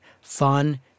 fun